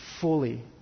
fully